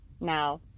now